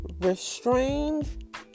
restrained